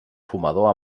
fumador